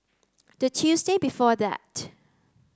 the Tuesday before that